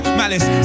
malice